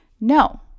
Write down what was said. No